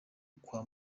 kwa